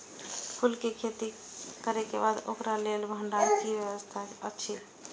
फूल के खेती करे के बाद ओकरा लेल भण्डार क कि व्यवस्था अछि?